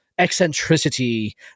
eccentricity